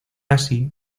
así